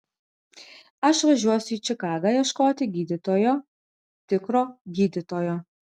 aš važiuosiu į čikagą ieškoti gydytojo tikro gydytojo